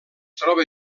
troba